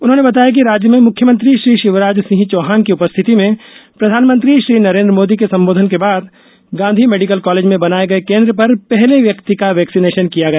उन्होंने बताया कि राज्य में मुख्यमंत्री श्री शिवराज सिंह चौहान की उपरिथति में प्रधानमंत्री श्री नरेन्द्र मोदी के संबोधन के बाद गांधी मेडिकल कॉलेज में बनाये गये केन्द्र पर पहले व्यक्ति का वैक्सीनेशन किया गया